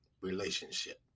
relationship